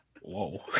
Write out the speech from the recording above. whoa